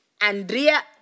Andrea